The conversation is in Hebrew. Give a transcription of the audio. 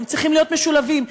הם צריכים להיות משולבים,